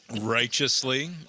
Righteously